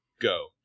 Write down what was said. go